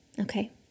Okay